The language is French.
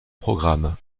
programme